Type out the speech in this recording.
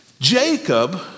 Jacob